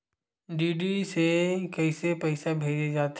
DD से कइसे पईसा भेजे जाथे?